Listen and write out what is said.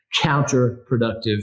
counterproductive